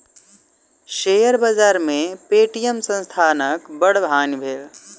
share बाजार में Paytm संस्थानक बड़ हानि भेल